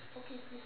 oh